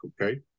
okay